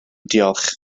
diolch